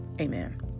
Amen